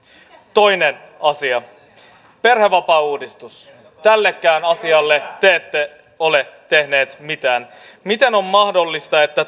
kaksi perhevapaauudistus tällekään asialle te ette ole tehneet mitään miten on mahdollista että